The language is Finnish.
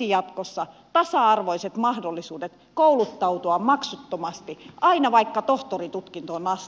jatkossa tasa arvoiset mahdollisuudet kouluttautua maksuttomasti aina vaikka tohtorin tutkintoon asti